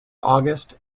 auguste